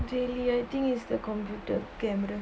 daily I think is the computer camera